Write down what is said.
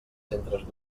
centres